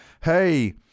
hey